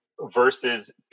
versus